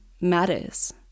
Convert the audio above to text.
matters